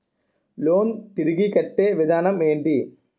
Loan తిరిగి కట్టే విధానం ఎంటి?